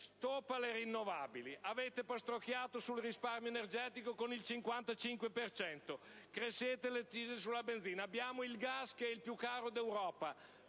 stop alle rinnovabili. Avete "pastrocchiato" sul risparmio energetico con il 55 per cento. Aumentate le accise sulla benzina. Abbiamo il gas che è il più caro d'Europa.